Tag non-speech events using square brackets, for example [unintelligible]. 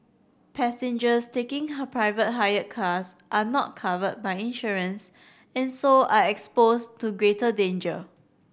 passengers taking [unintelligible] private hire cars are not covered by insurance and so are exposed to greater danger